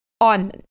on